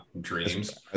dreams